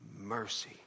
Mercy